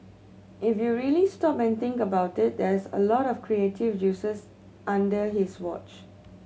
if you really stop and think about it that's a lot of creative juices under his watch